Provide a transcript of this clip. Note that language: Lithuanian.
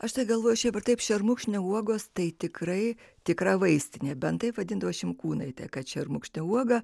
aš tegalvoju šiaip ar taip šermukšnio uogos tai tikrai tikra vaistinė bent taip vadindavo šimkūnaitė kad šermukšnio uoga